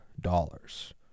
dollars